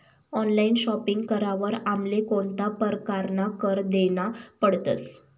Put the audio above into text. Online shopping करावर आमले कोणता परकारना कर देना पडतस?